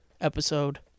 episode